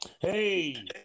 Hey